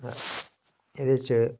एहदे च